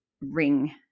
ring